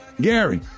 Gary